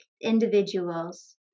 individuals